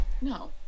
No